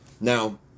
Now